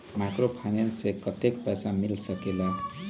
Microfinance से कतेक पैसा मिल सकले ला?